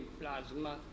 plasma